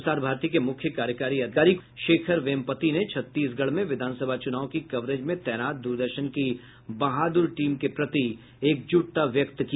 प्रसार भारती के मुख्य कार्यकारी अधिकारी शेखर वेमपति ने छत्तीसगढ ़में विधानसभा चुनाव की कवरेज में तैनात दूरदर्शन की बहादुर टीम के प्रति एकजुटता व्यक्त की